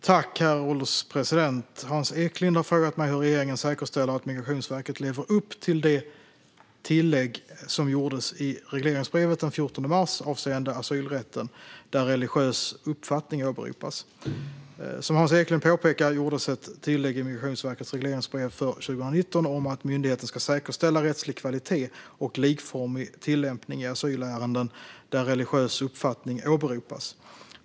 Herr ålderspresident! Hans Eklind har frågat mig hur regeringen säkerställer att Migrationsverket lever upp till det tillägg som gjordes i regleringsbrevet den 14 mars avseende asylrätten där religiös uppfattning åberopas. Som Hans Eklind påpekar gjordes ett tillägg i Migrationsverkets regleringsbrev för 2019 om att myndigheten ska säkerställa rättslig kvalitet och likformig tillämpning i asylärenden där religiös uppfattning åberopas.